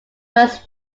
was